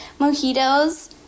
mojitos